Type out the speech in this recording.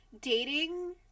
dating